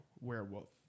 werewolf